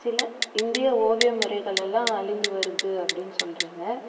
சில இந்திய ஓவிய முறைகளெல்லாம் அழிந்து வருது அப்படின்னு சொல்கிறீங்க